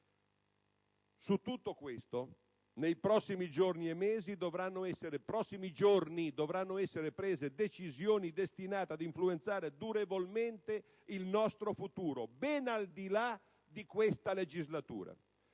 Su tutto questo, nei prossimi giorni, dovranno essere prese decisioni destinate a influenzare durevolmente il nostro futuro, ben al di là di questa legislatura.